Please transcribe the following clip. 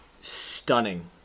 stunning